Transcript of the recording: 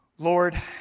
Lord